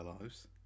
lives